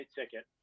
ticket